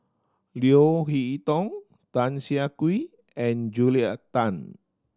Leo Hee Tong Tan Siah Kwee and Julia Tan